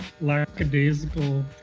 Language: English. lackadaisical